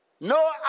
No